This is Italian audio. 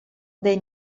dei